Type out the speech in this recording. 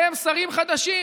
אתם שרים חדשים,